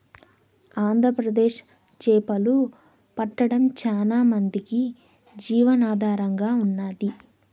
ఆంధ్రప్రదేశ్ చేపలు పట్టడం చానా మందికి జీవనాధారంగా ఉన్నాది